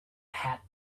hat